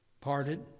parted